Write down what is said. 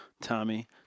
Tommy